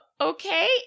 Okay